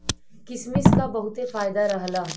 किसमिस क बहुते फायदा रहला